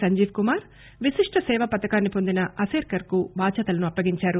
సంజీప్ కుమార్ విశిష్ట సేవా పతకాన్ని పొందిన అసేర్కర్ కు బాధ్యతలను అప్పగించారు